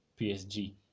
PSG